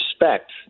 respect